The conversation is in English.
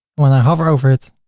when i hover over it,